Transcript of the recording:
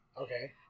Okay